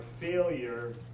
failure